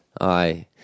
Aye